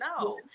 no